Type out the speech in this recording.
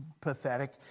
pathetic